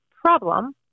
problem